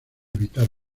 evitar